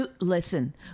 Listen